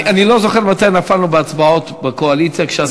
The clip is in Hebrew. אני לא זוכר מתי נפלנו בהצבעות בקואליציה כשאתה היית,